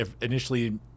initially